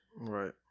Right